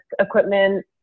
equipment